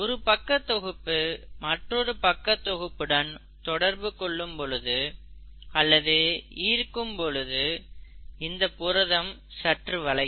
ஒரு பக்க தொகுப்பு மற்றொரு பக்க தொகுப்புடன் தொடர்பு கொள்ளும்பொழுது அல்லது ஈர்க்கும் பொழுது இந்தப் புரதம் சற்று வளையும்